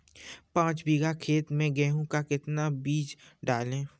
पाँच बीघा खेत में गेहूँ का कितना बीज डालें?